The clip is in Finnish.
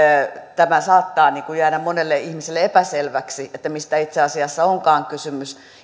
saattaa jäädä monelle ihmiselle epäselväksi mistä itse asiassa onkaan kysymys